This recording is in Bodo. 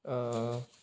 ओ